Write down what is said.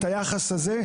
את היחס הזה,